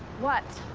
what?